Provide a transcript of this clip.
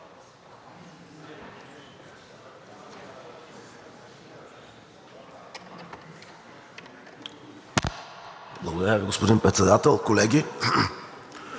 Благодаря, господин Председател. Колеги,